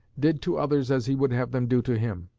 did to others as he would have them do to him.